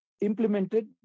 implemented